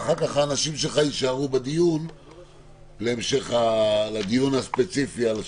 ואחר כך האנשים שלך יישארו בדיון לדיון הספציפי על שפרעם.